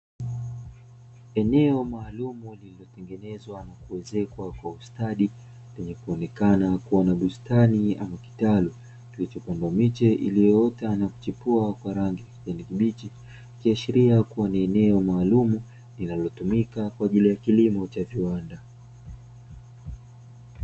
Eneo maalumu liliotengenezwa na kuezekwa kwa ustadi lenye bustani ama kitaru, kilichopngwa miche iliyoota na kuchepua kwa rangi ya kijani kibichi. Ikiashiria kuwa ni eneo maalumu linalotumika kwa ajili kilimo cha viwanda.